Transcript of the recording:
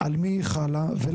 על מי היא חלה ולמה?